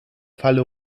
falle